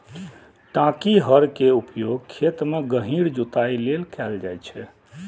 टांकी हर के उपयोग खेत मे गहींर जुताइ लेल कैल जाइ छै